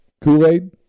Kool-Aid